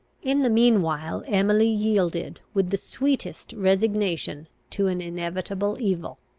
in the mean while emily yielded with the sweetest resignation to an inevitable evil.